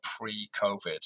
pre-COVID